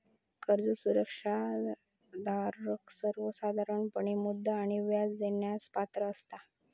कर्ज सुरक्षा धारक सर्वोसाधारणपणे मुद्दल आणि व्याज देण्यास पात्र असता